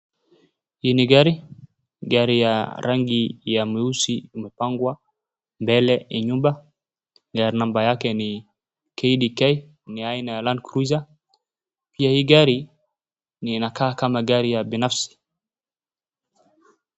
Hii ni gari. Gari ya rangi ya mweusi umepangwa mbele ya nyumba ya namba yake ni KDK. Ni aina ya Landcruiser. Pia hii gari inakaa kama gari ya binafsi.